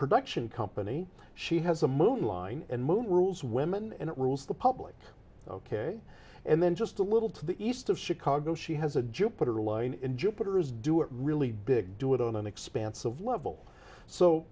production company she has a movie line and most rules women and it rules the public ok and then just a little to the east of chicago she has a jupiter line in jupiter is doing really big do it on an expanse of level so